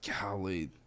golly